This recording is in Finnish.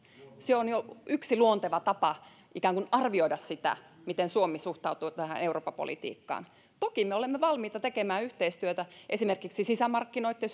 se on jo yksi luonteva tapa ikään kuin arvioida sitä miten suomi suhtautuu tähän eurooppa politiikkaan toki me olemme valmiita tekemään yhteistyötä esimerkiksi sisämarkkinoitten